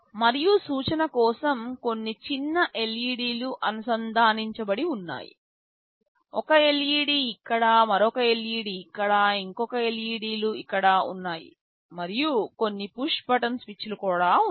మరియు సూచన కోసం కొన్ని చిన్న LED లు అనుసంధానించబడి ఉన్నాయి ఒక LED ఇక్కడ మరొక LED ఇక్కడ ఇంకొక LED లు ఇక్కడ ఉన్నాయి మరియు కొన్ని పుష్ బటన్ స్విచ్లు కూడా ఉన్నాయి